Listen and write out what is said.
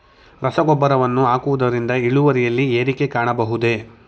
ರಸಗೊಬ್ಬರವನ್ನು ಹಾಕುವುದರಿಂದ ಇಳುವರಿಯಲ್ಲಿ ಏರಿಕೆ ಕಾಣಬಹುದೇ?